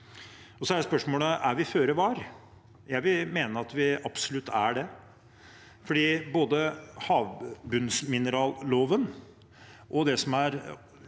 Er vi føre var? Jeg vil mene at vi absolutt er det,